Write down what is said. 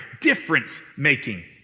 difference-making